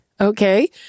Okay